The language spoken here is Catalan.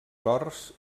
cors